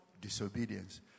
disobedience